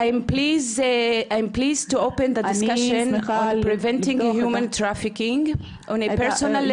אני מתכבדת לפתוח את הדיון על מניעת סחר בבני אדם.